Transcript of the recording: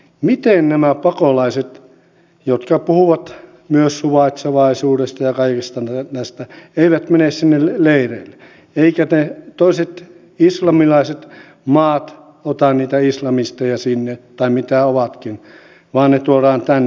miten nämä pakolaiset jotka puhuvat myös suvaitsevaisuudesta ja kaikista näistä eivät mene sinne leireille eivätkä ne toiset islamilaiset maat ota sinne niitä islamisteja tai mitä ovatkin vaan ne tuodaan tänne